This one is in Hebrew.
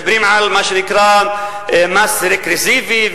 מדברים על מה שנקרא מס רגרסיבי,